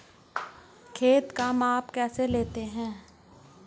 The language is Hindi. खेत का माप कैसे लेते हैं?